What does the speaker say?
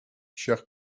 chers